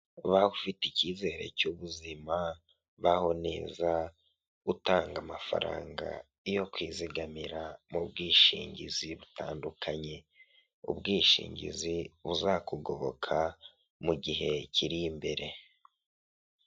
Ba ufite icyizere cy'ubuzima. Baho neza utanga amafaranga yo kwizigamira mu bwishingizi butandukanye. Ubwishingizi buzakugoboka mu gihe kiri imbere.